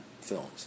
films